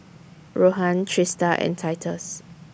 Rohan Trista and Titus